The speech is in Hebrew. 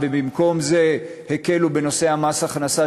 ובמקום זה הקלו בנושא מס הכנסה,